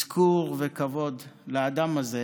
אזכור וכבוד לאדם הזה.